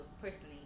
personally